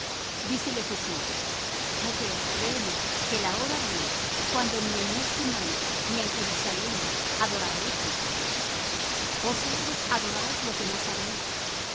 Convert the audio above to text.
dícele jesús mujer créeme que la hora viene cuando ni en este monte ni en jerusalem adoraréis al padre vosotros adoráis lo que no sabéis